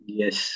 yes